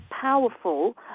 powerful